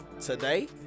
Today